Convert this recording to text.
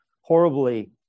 horribly